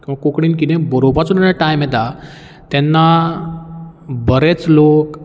किंवां कोंकणीन कितेंय बरोवपाचो जेन्ना टायम तेन्ना बरेंच लोक